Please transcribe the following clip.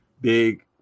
big